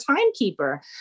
timekeeper